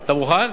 אתה מוכן?